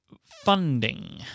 funding